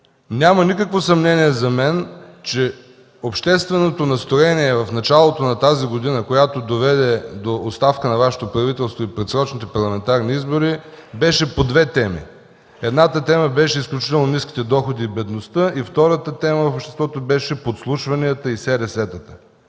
няма никакво съмнение, че общественото настроение в началото на тази година, което доведе до оставка на Вашето правителство и предсрочните парламентарни избори, беше по две теми. Едната тема беше изключително ниските доходи и бедността. И втората тема в обществото беше подслушванията и сересетата.